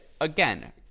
again